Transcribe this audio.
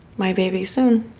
my baby soon